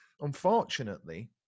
unfortunately